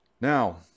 Now